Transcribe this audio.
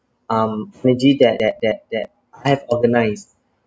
um energy that that that that I have organised